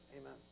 Amen